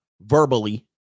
verbally